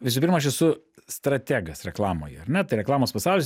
visų pirma aš esu strategas reklamoj ar ne tai reklamos pasaulis